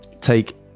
take